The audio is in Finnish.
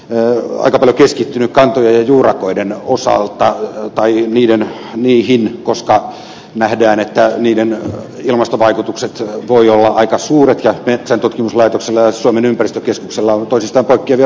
tämä asia on aika paljon keskittynyt kantoihin ja juurakoihin koska nähdään että niiden ilmastovaikutukset voivat olla aika suuret ja metsäntutkimuslaitoksella ja suomen ympäristökeskuksella on toisistaan poikkeavia tutkimustuloksia